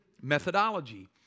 methodology